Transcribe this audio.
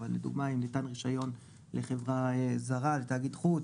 אבל לדוגמא אם ניתן רישיון לחברה זרה או לתאגיד חוץ,